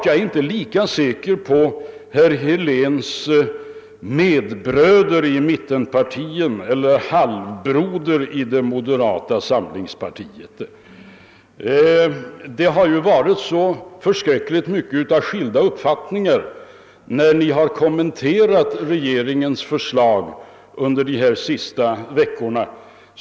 Jag är inte lika säker på herr Hedlunds medbröder i folkpartiet eller halvbröder i moderata samlingspartiet. Det har ju rått så vitt skilda uppfattningar när ni kommenterat regeringens förslag de senaste veckorna.